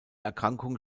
erkrankung